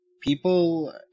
People